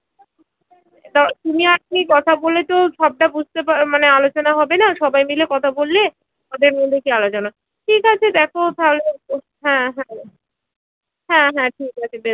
তো তুমি আজকে কথা বলেছো সবটা বুঝতে পার মানে আলোচনা হবে না সবাই মিলে কথা বললে ওদের মধ্যে কী আলোচনা ঠিক আছে দেখো তাহলে ও হ্যাঁ হ্যাঁ হ্যাঁ হ্যাঁ হ্যাঁ ঠিক আছে বে